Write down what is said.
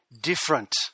different